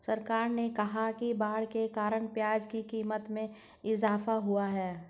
सरकार ने कहा कि बाढ़ के कारण प्याज़ की क़ीमत में इजाफ़ा हुआ है